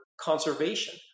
conservation